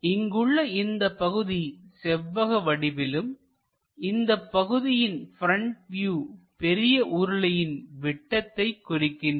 இங்குள்ள இந்தப் பகுதி செவ்வகம் வடிவிலும்இந்தப் பகுதியின் ப்ரெண்ட் வியூ பெரிய உருளையின் விட்டத்தை குறிக்கின்றது